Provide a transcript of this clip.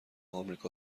آمریکا